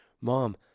mom